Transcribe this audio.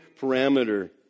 parameter